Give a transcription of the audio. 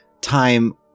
time